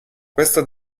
questo